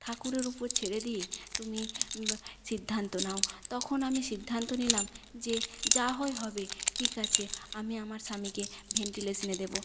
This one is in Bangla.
ঠাকুরের উপর ছেড়ে দিয়ে তুমি সিদ্ধান্ত নাও তখন আমি সিদ্ধান্ত নিলাম যে যা হয় হবে ঠিক আছে আমি আমার স্বামীকে ভেন্টিলেশানে দেবো